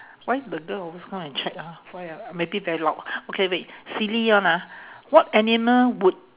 why the girl always come and check ah why ah maybe very loud okay wait silly one ah what animal would